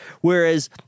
Whereas